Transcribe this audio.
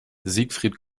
siegfried